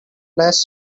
less